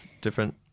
different